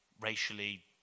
racially